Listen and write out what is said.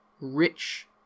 Rich